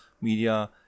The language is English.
media